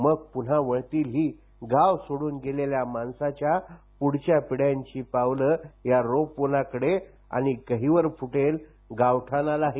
मग पुन्हा वळतीलही गाव सोडून गेलेल्या माणसांच्या पुढच्या पिढ्यांची पावलं या रोपवनांकडे आणि गहिवर फुटेल गावठाणालाही